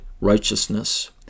righteousness